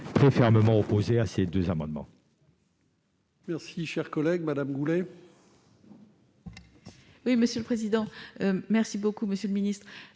très fermement opposés à ces deux amendements.